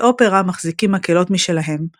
בתי אופרה מחזיקים מקהלות משלהם,